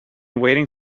waiting